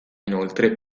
inoltre